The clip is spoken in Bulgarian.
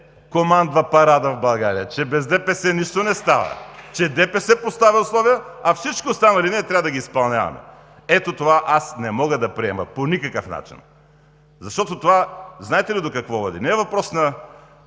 командва парада в България, че без ДПС нищо не става, че ДПС поставя условия, а всички останали трябва да ги изпълняваме! Ето това аз не мога да приема по никакъв начин, защото това знаете ли до какво води? Не е въпрос на